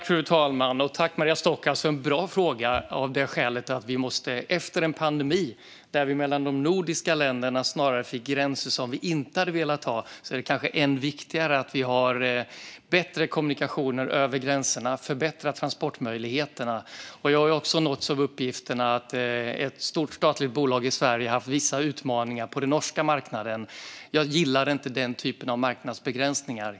Fru talman! Jag tackar Maria Stockhaus för en bra fråga. Den är bra av det skälet att det nu, efter en pandemi då vi mellan de nordiska länderna snarare fick gränser som vi inte hade velat ha, är än viktigare att vi har bättre kommunikationer över gränserna och förbättrar transportmöjligheterna. Också jag har nåtts av uppgifterna om att ett stort statligt bolag i Sverige haft vissa utmaningar på den norska marknaden. Jag gillar inte den typen av marknadsbegränsning.